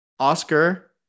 Oscar